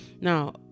now